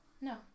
No